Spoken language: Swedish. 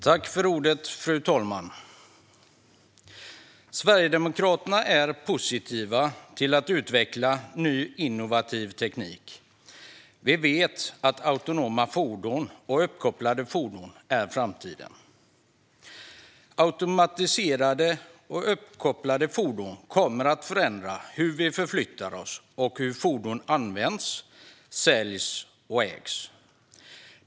Kommissionens EU-strategi för automatiserad och uppkopplad rörlighet Fru talman! Sverigedemokraterna är positiva till att utveckla ny, innovativ teknik. Vi vet att autonoma fordon och uppkopplade fordon är framtiden. Automatiserade och uppkopplade fordon kommer att förändra hur vi förflyttar oss och hur fordon används, säljs och ägs.